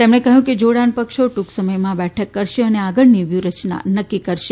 તેમણે કહ્યું કે ોડાણ પક્ષો ટ્રંક સમયમાં બેઠક કરશે અને આગળની વ્યૂહરચના નક્કી કરશે